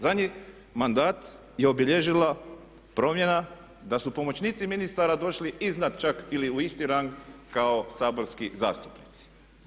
Zadnji mandat je obilježila promjena da su pomoćnici ministara došli iznad čak ili u isti rang kao saborski zastupnici.